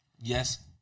yes